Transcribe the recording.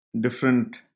different